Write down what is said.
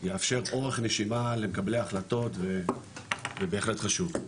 יאפשר אורך נשימה למקבלי ההחלטות, זה בהחלט חשוב.